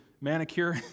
manicure